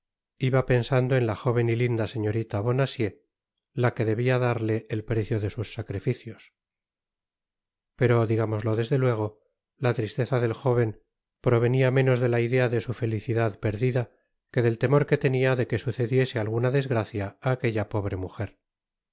iba pensando en la jóven y linda señorita bonacieux laque debia darle el precio de sus sacrificios pero digámoslo desde luego la tristeza del jóven provenia menos de la idea de su felicidad perdida que del temor que tenia de que sucediese alguda desgracia á aquella pobre mujer